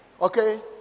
Okay